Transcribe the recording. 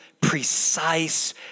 precise